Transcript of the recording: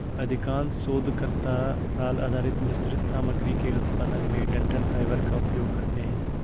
अधिकांश शोधकर्ता राल आधारित मिश्रित सामग्री के उत्पादन में डंठल फाइबर का उपयोग करते है